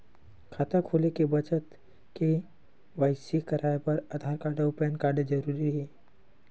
खाता खोले के बखत के.वाइ.सी कराये बर आधार कार्ड अउ पैन कार्ड जरुरी रहिथे